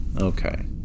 Okay